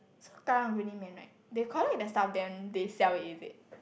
so karang-guni man right they collect their stuff then they sell is it